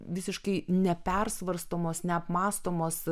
visiškai nepersvarstomos neapmąstomos